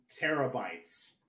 Terabytes